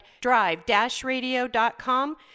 drive-radio.com